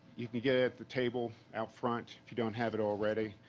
you can get it at the table out front, if you don't have it already.